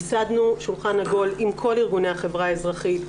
ייסדנו שולחן עגול עם כל ארגוני החברה האזרחית,